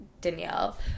Danielle